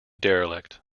derelict